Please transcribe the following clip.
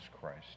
Christ